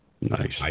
Nice